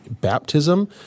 baptism